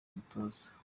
umutoza